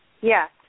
Yes